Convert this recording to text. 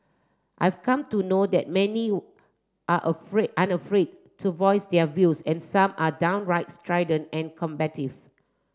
I've come to know that many are afraid unafraid to voice their views and some are downright strident and combative